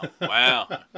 Wow